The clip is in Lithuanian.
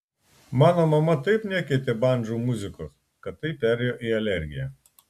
mano mama taip nekentė bandžų muzikos kad tai perėjo į alergiją